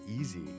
easy